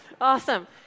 Awesome